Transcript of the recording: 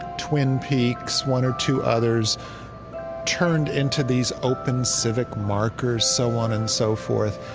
twin peaks, one or two others turned into these open civic markers, so on and so forth.